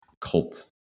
cult